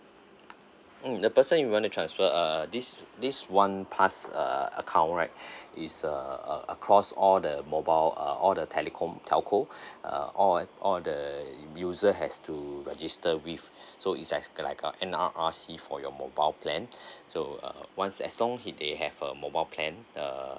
um the person you want to transfer uh this this one pass uh uh account right is err uh accross all the mobile uh all the telecom telco uh all all the user has to register with so is act like uh N_R_I_C for your mobile plan so uh once as long if they have a mobile plan uh